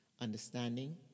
understanding